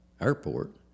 airport